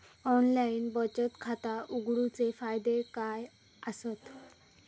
Online बचत खाता उघडूचे फायदे काय आसत?